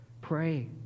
pray